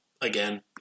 Again